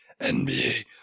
NBA